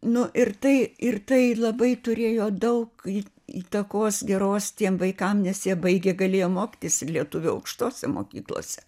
nu ir tai ir tai labai turėjo daug į įtakos geros tiem vaikam nes jie baigė galėjo mokytis ir lietuvių aukštose mokyklose